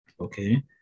Okay